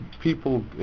people